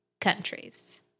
countries